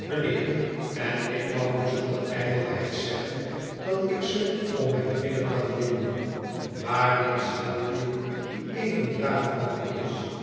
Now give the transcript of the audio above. mijnheer en ik mag u zonder ijdelheid zeggen dat ik ze om mijn vinger kan winden waarin sladdery die een braaf man is